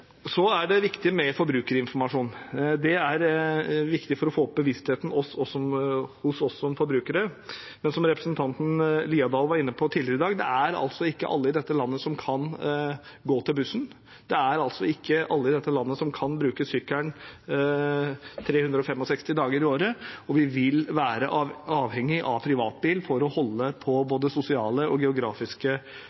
Så er det viktig med forbrukerinformasjon – det er viktig for å få opp bevisstheten hos oss som forbrukere. Men som representanten Haukeland Liadal var inne på tidligere i dag, er det ikke alle i dette landet som kan gå til bussen. Det er ikke alle i dette landet som kan bruke sykkelen 365 dager i året, og vi vil være avhengig av privatbil for å holde på